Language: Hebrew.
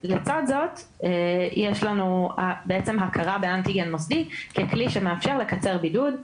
לצד זאת יש לנו בעצם הכרה באנטיגן מוסדי ככלי שמאפשר לקצר בידוד.